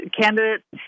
candidates